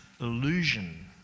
illusion